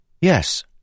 Yes